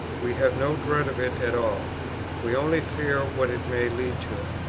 we have no dread of it at all we only fear what it may lead to.